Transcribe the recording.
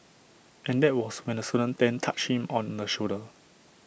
and that was when the student then touched him on the shoulder